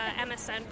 MSN